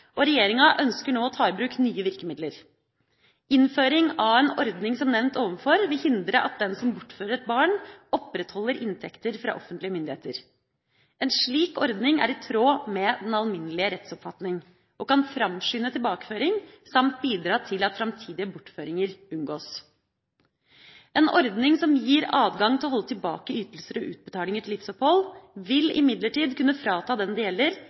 og regjeringa ønsker nå å ta i bruk nye virkemidler. Innføring av en ordning som nevnt ovenfor, vil forhindre at den som bortfører et barn, opprettholder inntekter fra offentlige myndigheter. En slik ordning er i tråd med den alminnelige rettsoppfatning og kan framskynde tilbakeføring samt bidra til at framtidige bortføringer unngås. En ordning som gir adgang til å holde tilbake ytelser og utbetalinger til livsopphold, vil imidlertid kunne frata den det gjelder,